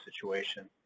situation